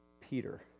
Peter